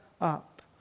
up